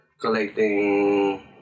collecting